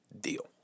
deal